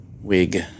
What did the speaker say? Wig